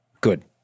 Good